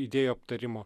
idėjų aptarimo